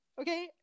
okay